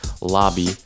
lobby